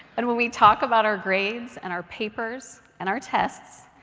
and when we talk about our grades and our papers and our tests,